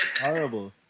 Horrible